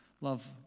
love